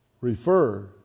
refer